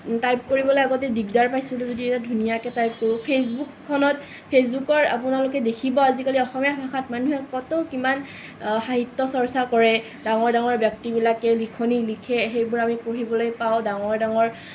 type কৰিবলৈ আগতে দিগদাৰ পাইছিলোঁ যদিও এতিয়া ধুনীয়াকৈ টাইপ কৰোঁ ফেচবুকখনত ফেচবুকৰ আপোনালোকে দেখিব আজিকালি অসমীয়া ভাষাত মানুহে কত কিমান সাহিত্য চৰ্চা কৰে ডাঙৰ ডাঙৰ ব্যক্তিবিলাকে লিখনি লিখে সেইবোৰ আমি পঢ়িবলৈ পাওঁ ডাঙৰ ডাঙৰ